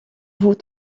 vous